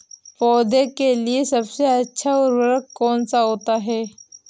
पौधे के लिए सबसे अच्छा उर्वरक कौन सा होता है?